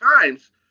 times